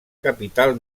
capital